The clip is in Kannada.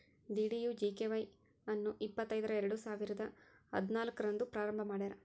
ಡಿ.ಡಿ.ಯು.ಜಿ.ಕೆ.ವೈ ವಾಯ್ ಅನ್ನು ಇಪ್ಪತೈದರ ಎರಡುಸಾವಿರ ಹದಿನಾಲ್ಕು ರಂದ್ ಪ್ರಾರಂಭ ಮಾಡ್ಯಾರ್